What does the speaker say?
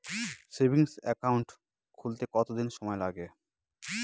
Savings account খুলতে কতদিন সময় লাগে?